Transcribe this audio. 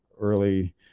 early